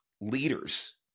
leaders